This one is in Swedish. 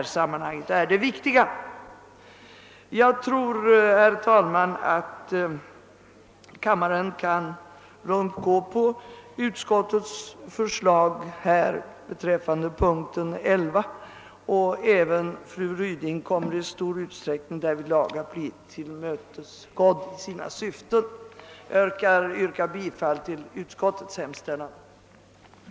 Jag tror, herr talman, att kammaren lugnt kan gå med på utskottets förslag här beträffande punkten 11 och att man därigenom även i stor utsträckning tillmötesgår syftet med fru Rydings motion. Jag yrkar bifall till utskottets hemställan. att riksdagen måtte besluta uttala sig för att en successiv höjning av driftbidraget till barnstugeverksamheten snarast genomfördes, så att detta täckte lönekostnaderna, till sådan ändring av reglerna för bidrag till driften av barnstugor att ökat stöd gåves åt kommuner som i förhållande till sitt skatteunderlag hade särskilt stort behov av barntillsynsplatser.